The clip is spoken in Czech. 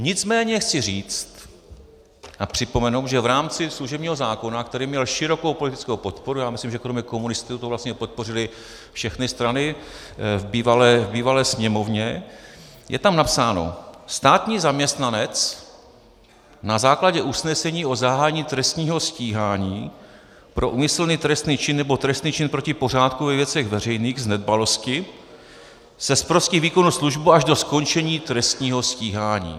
Nicméně chci říct a připomenout, že v rámci služebního zákona, který měl širokou politickou podporu, myslím, že kromě komunistů to vlastně podpořily všechny strany v bývalé Sněmovně, je napsáno: Státní zaměstnanec na základě usnesení o zahájení trestního stíhání pro úmyslný trestný čin nebo trestný čin proti pořádku ve věcech veřejných z nedbalosti se zprostí výkonu služby až do skončení trestního stíhání.